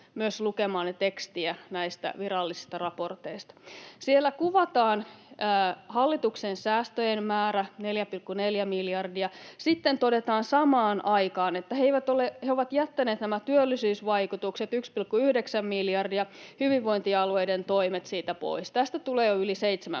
lukemaanne tekstiä näistä virallisista raporteista. Siellä kuvataan hallituksen säästöjen määrä, 4,4 miljardia. Sitten todetaan samaan aikaan, että he ovat jättäneet nämä työllisyysvaikutukset 1,9 miljardia, hyvinvointialueiden toimet, siitä pois. Tästä tulee jo yli 7 miljardia.